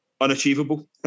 unachievable